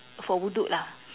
for wuduk lah